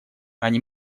они